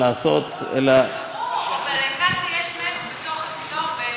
אלא, ברור, אבל לקצא"א יש, יש, יש,